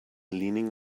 leaning